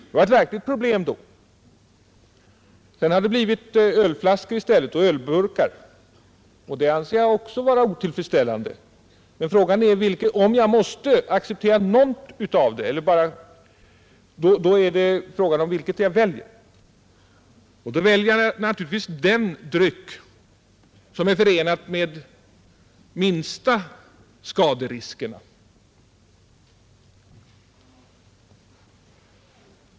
Det var ett verkligt problem då. Sedan har det blivit ölflaskor och ölburkar i stället. Det anser jag också vara otillfredsställande, men om jag måste acceptera något av detta är det fråga om vilket jag väljer. Då väljer jag naturligtvis den dryck som är förenad med de minsta skaderiskerna.